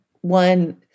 one